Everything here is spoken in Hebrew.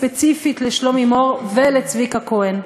וספציפית לשלומי מור ולצביקה כהן,